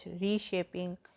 reshaping